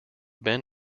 ben